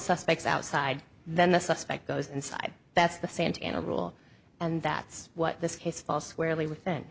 suspects outside then the suspect goes inside that's the santana rule and that's what this case falls wearily within